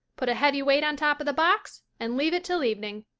put a heavy weight on top of the box and leave it till evening.